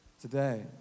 today